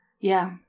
Yeah